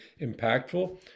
impactful